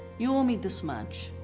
you owe me this much.